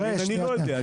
אני לא יודע.